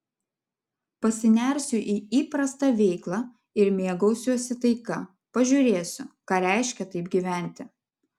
pasinersiu į įprastą veiklą ir mėgausiuosi taika pažiūrėsiu ką reiškia taip gyventi